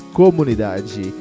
comunidade